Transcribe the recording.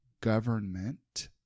government